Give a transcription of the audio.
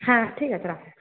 হ্যাঁ ঠিক আছে রাখো